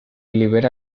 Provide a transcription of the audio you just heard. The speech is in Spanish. libera